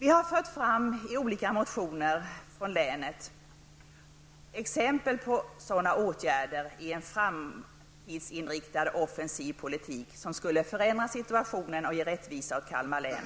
I olika motioner som berör länet har vi fört fram exempel på åtgärder som med en framtidsinriktad och offensiv skulle förändra situationen och ge rättvisa åt Kalmar län.